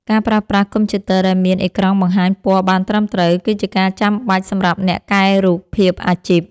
ការប្រើប្រាស់កុំព្យូទ័រដែលមានអេក្រង់បង្ហាញពណ៌បានត្រឹមត្រូវ គឺជាការចាំបាច់សម្រាប់អ្នកកែរូបភាពអាជីព។